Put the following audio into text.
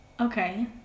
Okay